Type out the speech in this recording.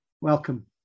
Welcome